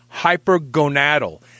hypergonadal